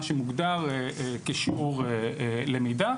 מה שמוגדר כשיעור למידה,